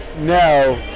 No